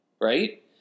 Right